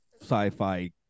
sci-fi